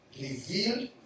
revealed